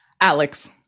Alex